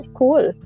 cool